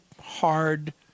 hard